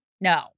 no